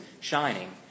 shining